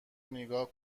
نیگا